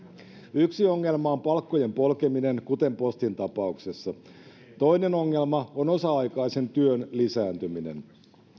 yksi ongelma on palkkojen polkeminen kuten postin tapauksessa toinen ongelma on osa aikaisen työn lisääntyminen